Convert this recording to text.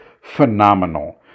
phenomenal